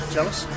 Jealous